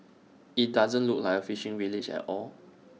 IT doesn't look like A fishing village at all